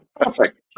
perfect